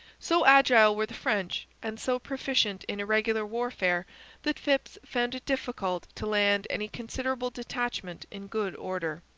so agile were the french and so proficient in irregular warfare that phips found it difficult to land any considerable detachment in good order.